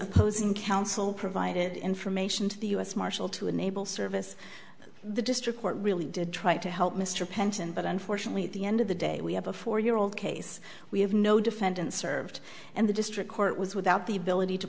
closing counsel provided information to the u s marshal to enable service the district court really did try to help mr penton but unfortunately at the end of the day we have a four year old case we have no defendant served and the district court was without the ability to